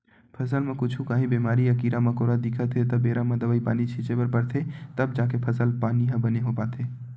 फसल म कुछु काही बेमारी या कीरा मकोरा दिखत हे त बेरा म दवई पानी छिते बर परथे तब जाके फसल पानी ह बने हो पाथे